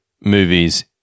movies